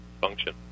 function